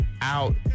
Out